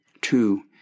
Two